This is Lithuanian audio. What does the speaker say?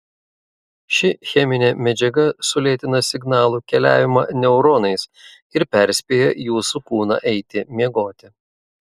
ši cheminė medžiaga sulėtina signalų keliavimą neuronais ir perspėja jūsų kūną eiti miegoti